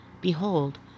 Behold